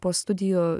po studijų